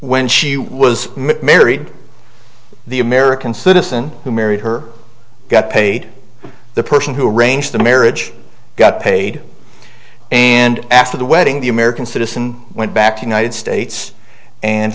when she was married the american citizen who married her got paid the person who arranged the marriage got paid and after the wedding the american citizen went back to united states and